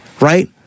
right